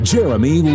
Jeremy